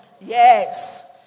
Yes